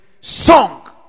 Song